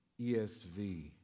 ESV